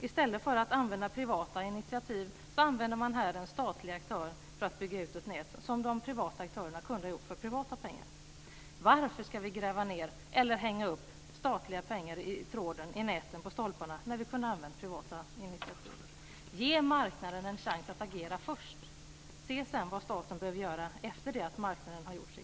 I stället för att använda privata aktörer använder man en statlig aktör för att bygga ut ett nät som de privata aktörerna kunde ha gjort för privata pengar. Varför ska vi gräva ned eller hänga upp statliga pengar i tråden, i näten, på stolparna när vi hade kunnat använda privata pengar? Ge marknaden en chans att agera först! Se sedan vad staten behöver göra efter det att marknaden har gjort sitt!